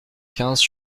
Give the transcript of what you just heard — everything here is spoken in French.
quinze